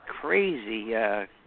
crazy